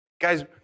Guys